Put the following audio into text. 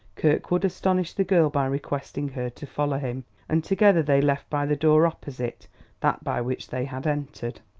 kirkwood astonished the girl by requesting her to follow him and together they left by the door opposite that by which they had entered.